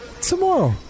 Tomorrow